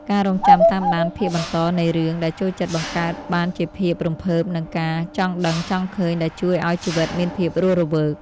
ការរង់ចាំតាមដានភាគបន្តនៃរឿងដែលចូលចិត្តបង្កើតបានជាភាពរំភើបនិងការចង់ដឹងចង់ឃើញដែលជួយឱ្យជីវិតមានភាពរស់រវើក។